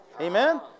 Amen